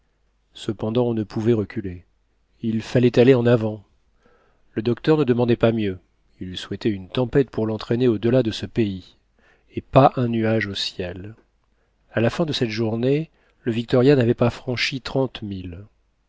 cependant on ne pouvait reculer il fallait aller en avant le docteur ne demandait pas mieux il eut souhaité une tempête pour l'entraînerait delà de ce pays et pas un nuage au ciel a la fin de cette journée le victoria navait pas franchi